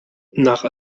nach